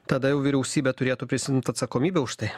tada jau vyriausybė turėtų prisiimt atsakomybę už tai